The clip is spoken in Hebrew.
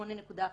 8.1100,